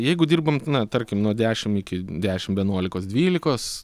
jeigu dirbamt na tarkim nuo dešim iki dešim vienuolikos dvylikos